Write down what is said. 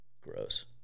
Gross